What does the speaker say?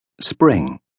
Spring